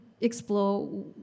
explore